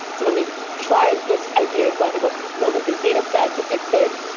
so let me try this idea of like let's build a big data set to fix it.